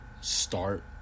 start